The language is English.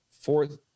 fourth